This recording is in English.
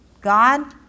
God